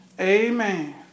Amen